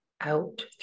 out